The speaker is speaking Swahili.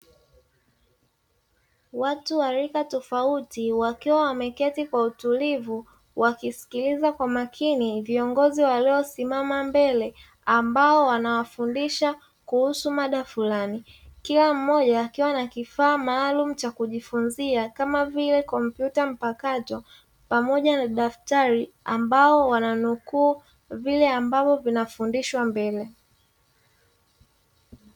Watu wa rika tofauti wakiwa wameketi kwa utulivu wakisikiliza kwa makini viongozi waliosimama mbele, ambao wanawafundisha kuhusu mada fulani. Kila mmoja akiwa na kifaa maalumu cha kujifunzia kama vile kompyuta mpakato pamoja na daftari ambao wananukuu vile ambavyo vinafundishwa mbele.